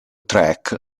track